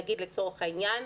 נגיד לצורך העניין,